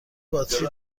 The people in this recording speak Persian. باتری